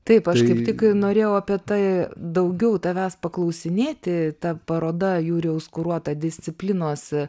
taip aš kaip tik ir norėjau apie tai daugiau tavęs paklausinėti ta paroda jurijaus kuruota disciplinos